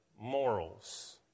morals